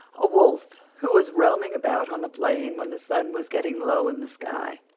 a wolf, who was roaming about on the plain when the sun was getting low in the sky,